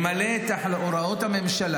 נשבע אמונים למלא את הוראות הממשלה,